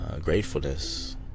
gratefulness